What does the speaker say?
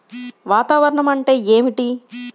వాతావరణం అంటే ఏమిటి?